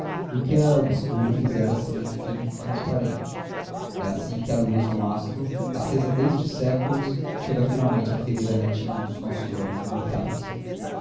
e o que era obscuro fizera se lhe enfim transparente é assim que a luz de um astro acesa desde séculos chega finalmente a ferir a retina de nossos olhos mortais